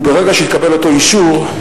וברגע שהתקבל אותו אישור,